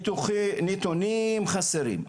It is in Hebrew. בנוגע לנתונים החסרים,